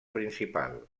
principal